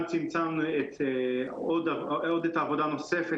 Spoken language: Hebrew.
גם צמצמנו עוד את העבודה הנוספת,